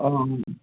অঁ